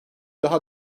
daha